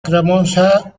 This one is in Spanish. cremosa